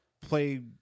play